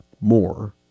more